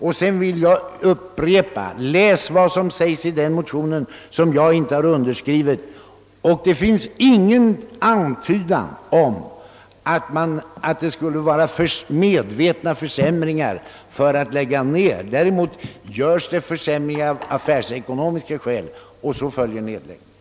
Till slut vill jag upprepa: Läs vad som sägs i den motion, som jag inte har underskrivit. Där finns ingen antydan om att det skulle vara fråga om medvetna försämringar i syfte att få motiv för nedläggningar. Däremot görs det försämringar av affärsekonomiska skäl, och sedan följer nedläggningar.